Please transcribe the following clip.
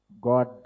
God